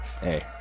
hey